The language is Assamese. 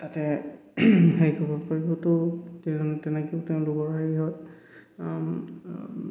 তাতে হে কৰিব পাৰিবতো তেনেকেও তেওঁলোকৰ হেৰি হয়